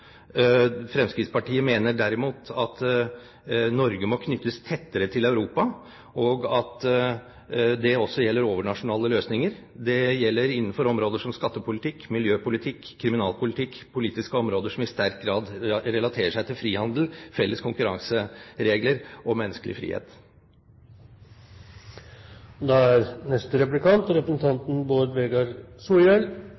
Fremskrittspartiet mener derimot at Norge må knyttes tettere til Europa, og at det også gjelder overnasjonale løsninger. Det gjelder innenfor områder som skattepolitikk, miljøpolitikk og kriminalpolitikk – politiske områder som i sterk grad relaterer seg til frihandel, felles konkurranseregler og menneskelig frihet.